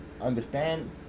understand